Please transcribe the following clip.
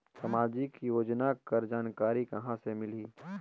समाजिक योजना कर जानकारी कहाँ से मिलही?